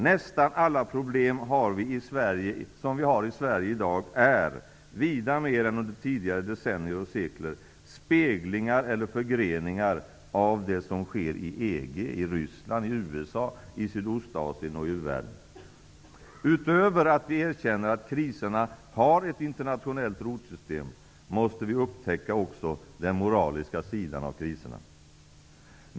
Nästan alla de problem som vi har i Sverige i dag är -- vida mer än under tidigare decennier och sekler -- speglingar eller förgreningar av det som sker inom EG, i Ryssland, USA, Sydostasien och i u-världen. Utöver att vi erkänner att kriserna har ett internationellt rotsystem, måste vi upptäcka också den moraliska sidan av kriserna.